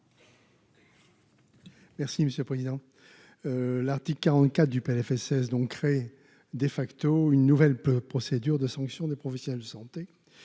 Merci monsieur le président, l'article 44 du PLFSS donc créé de facto une nouvelle peu procédure de sanction des professionnels de santé,